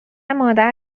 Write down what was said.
مادر